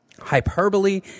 hyperbole